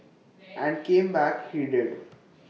and came back he did